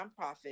nonprofit